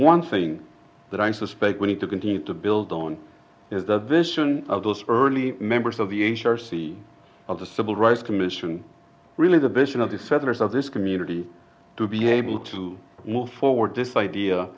one thing that i suspect we need to continue to build on is the vision of those early members of the h r c of the civil rights commission really the vision of the settlers of this community to be able to move forward this idea